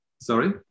Sorry